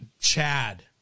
Chad